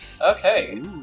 Okay